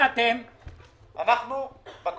למען מדינת ישראל צריכים כל חברי הכנסת